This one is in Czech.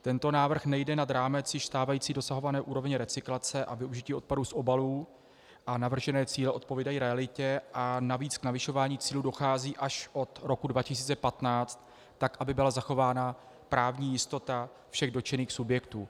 Tento návrh nejde nad rámec již stávající dosahované úrovně recyklace a využití odpadů z obalů a navržené cíle odpovídají realitě a navíc k navyšování cílů dochází až od roku 2015, tak aby byla zachována právní jistota všech dotčených subjektů.